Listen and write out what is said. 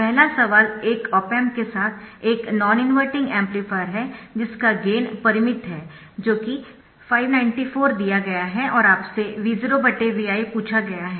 पहला सवाल एक ऑप एम्प के साथ एक नॉन इनवर्टिंग एम्पलीफायर है जिसका गेन परिमित है जो कि 594 दिया गया है और आपसे V0Vi पूछा गया है